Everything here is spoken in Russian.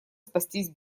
спастись